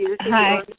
Hi